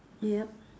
yup